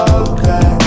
okay